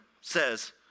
says